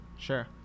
Sure